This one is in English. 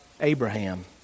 Abraham